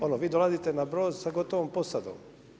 Ono vi dolazite na brod sa gotovom posadom.